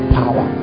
power